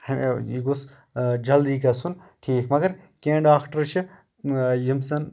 یہِ گوژھ جلدی گژھُن ٹھیٖک مَگر کیٚنٛہہ ڈاکٹر چھِ یِم زَن